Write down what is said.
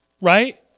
right